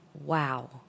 wow